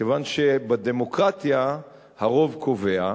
כיוון שבדמוקרטיה הרוב קובע,